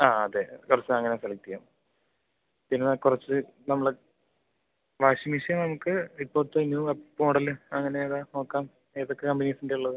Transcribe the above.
ആ അതെ കുറച്ച് അങ്ങനെ സെലക്ട് ചെയ്യാം പിന്നെ നമുക്ക് കുറച്ച് നമ്മൾ വാഷിംഗ് മെഷീൻ നമുക്ക് ഇപ്പോഴത്ത ന്യൂ മോഡല് അങ്ങനെ ഏതാണ് നോക്കാം ഏതൊക്കെ കമ്പനീസിൻ്റെയാണ് ഉള്ളത്